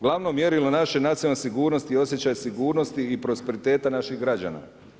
Glavno mjerilo naše nacionalne sigurnosti i osjećaja sigurnosti i prosperiteta naših građana.